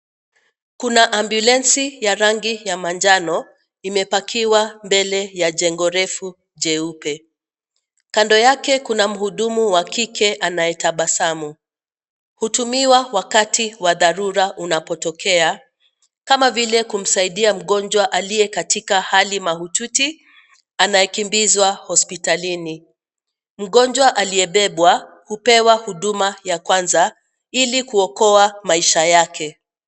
Kuna ambulensi ya rangi ya manjano, limepakiwa mbele ya jengo refu jeupe. Kando yake kuna mhudumu wa kike anayetabasamu. Hutumiwa wakati wa dharura unapotokea, kama vile kumsaidia mgonjwa aliye katika hali mahututi anayekimbizwa hospitalini. Mgonjwa aliyebebwa hupewa huduma ya kwanza ili kuokoa maisha yake.